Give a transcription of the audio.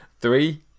Three